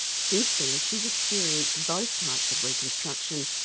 since then she's experienced both types of reconstruction,